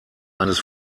eines